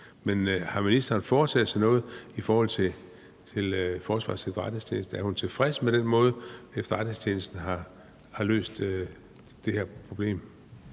Men har ministeren foretaget sig noget i forhold til Forsvarets Efterretningstjeneste? Er hun tilfreds med den måde, efterretningstjenesten har løst det her problem?